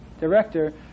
director